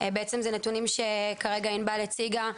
אלה נתונים שכרגע ענבל הציגה,